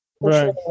Right